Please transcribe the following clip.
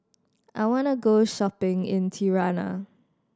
I wanna go shopping in Tirana